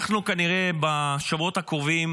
בשבועות הקרובים